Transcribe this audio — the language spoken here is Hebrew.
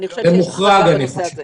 אני לא יודע איך אפשר לאכוף את זה.